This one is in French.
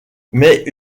mais